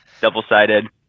double-sided